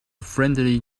friendly